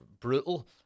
Brutal